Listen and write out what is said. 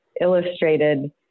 illustrated